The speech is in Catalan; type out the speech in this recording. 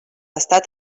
estat